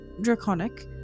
Draconic